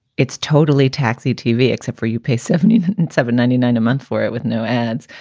it's totally taxi tv except for you pay seventy seven ninety nine a month for it with no ads.